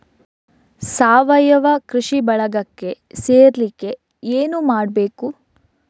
ಸಾವಯವ ಕೃಷಿ ಬಳಗಕ್ಕೆ ಸೇರ್ಲಿಕ್ಕೆ ಏನು ಮಾಡ್ಬೇಕು?